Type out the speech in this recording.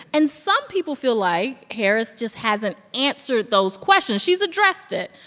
and some people feel like harris just hasn't answered those questions. she's addressed it,